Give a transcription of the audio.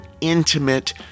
intimate